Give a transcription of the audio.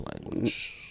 language